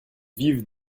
vivent